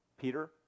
Peter